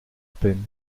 peine